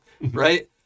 Right